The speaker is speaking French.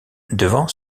devant